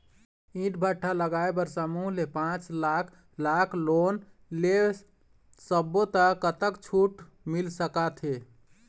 ईंट भट्ठा लगाए बर समूह ले पांच लाख लाख़ लोन ले सब्बो ता कतक छूट मिल सका थे?